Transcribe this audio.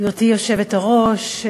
גברתי היושבת-ראש,